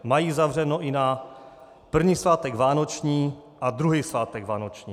Mají zavřeno i na první svátek vánoční a druhý svátek vánoční.